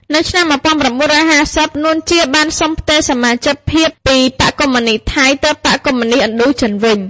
នៅឆ្នាំ១៩៥០ នួន ជា បានសុំផ្ទេរសមាជិកភាពពីបក្សកុម្មុយនិស្តថៃ ទៅបក្សកុម្មុយនិស្តឥណ្ឌូចិនវិញ។